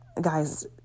guys